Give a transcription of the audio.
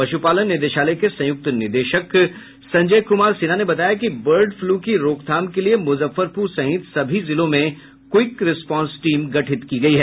पशुपालन निदेशालय के संयुक्त निदेशक संजय क्मार सिन्हा ने बताया कि बर्ड फ्लू की रोकथाम के लिए मूजफ्फरपूर सहित सभी जिलों में क्विक रिस्पांस टीम गठित किया है